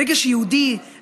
רגש יהודי,